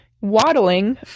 waddling